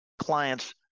clients